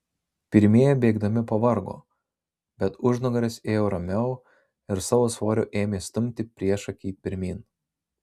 pirmieji bėgdami pavargo bet užnugaris ėjo ramiau ir savo svoriu ėmė stumti priešakį pirmyn